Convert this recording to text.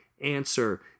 answer